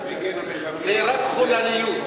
נפסיק את הדו-שיח הזה,